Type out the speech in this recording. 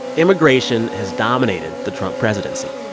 immigration has dominated the trump presidency